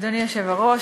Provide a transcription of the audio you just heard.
אדוני היושב-ראש,